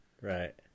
Right